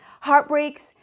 Heartbreaks